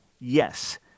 Yes